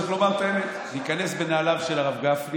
אני צריך לומר את האמת: להיכנס בנעליו של הרב גפני